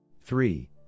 three